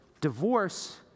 Divorce